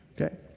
Okay